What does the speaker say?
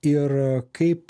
ir kaip